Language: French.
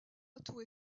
atout